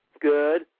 Good